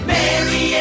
Mary